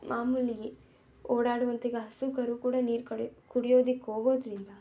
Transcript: ಮಾಮೂಲಿ ಓಡಾಡುವಂಥ ಈಗ ಹಸು ಕರು ಕೂಡ ನೀರು ಕಡೆ ಕುಡಿಯೋದಕ್ಕೆ ಹೋಗೋದ್ರಿಂದ